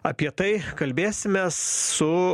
apie tai kalbėsimės su